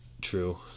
True